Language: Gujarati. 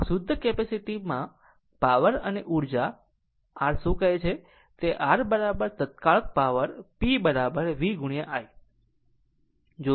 આમ શુદ્ધ કેપેસિટીવ માં પાવર અને ઉર્જા r શું કહે છે કે r તત્કાળ પાવર p v i પહેલાં